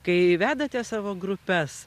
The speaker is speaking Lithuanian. kai vedate savo grupes